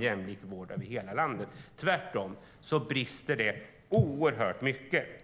jämlik vård över hela landet. Tvärtom brister den oerhört mycket.